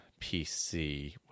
PC